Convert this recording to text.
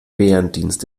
bärendienst